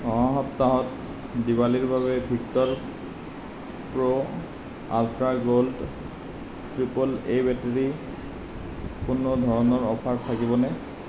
অহা সপ্তাহত দেৱালীৰ বাবে Victor pro ultra gold triple A বেটাৰীত কোনো ধৰণৰ অফাৰ থাকিব নে